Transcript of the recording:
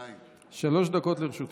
שלוש דקות לרשותך.